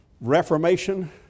reformation